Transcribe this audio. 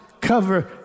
cover